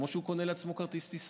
כמו שהוא קונה לעצמו כרטיס טיסה?